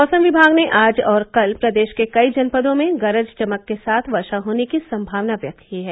मौसम विभाग ने आज और कल प्रदेश के कई जनपदों में गरज चमक के साथ वर्षा होने की संभावना व्यक्त की है